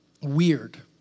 weird